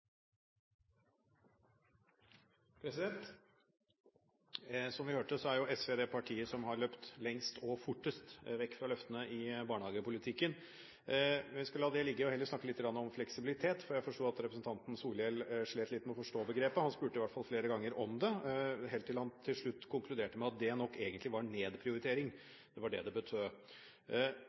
Som vi hørte, er jo SV det partiet som har løpt lengst og fortest vekk fra løftene i barnehagepolitikken. Jeg skal la det ligge og heller snakke litt om fleksibilitet, for jeg forsto at representanten Solhjell slet litt med å forstå begrepet. Han spurte i hvert fall flere ganger om det, helt til han til slutt konkluderte med at det nok egentlig var nedprioritering – det var det det